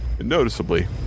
noticeably